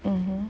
mmhmm